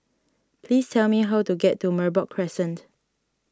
please tell me how to get to Merbok Crescent